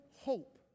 hope